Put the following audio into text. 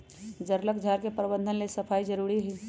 जङगल झार के प्रबंधन लेल सफाई जारुरी हइ